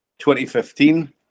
2015